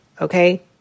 Okay